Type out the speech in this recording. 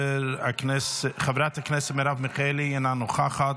חברת הכנסת מרב מיכאלי, אינה נוכחת.